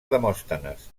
demòstenes